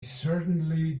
certainly